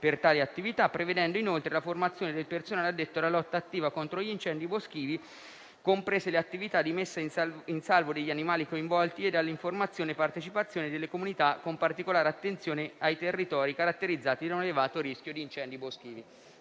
per tale attività, prevedendo inoltre la formazione del personale addetto alla lotta attiva contro gli incendi boschivi, comprese le attività di messa in salvo degli animali coinvolti e all'informazione e partecipazione delle comunità, con particolare attenzione ai territori caratterizzati da un elevato rischio di incendi boschivi.